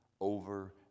over